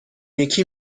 یکی